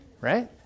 Right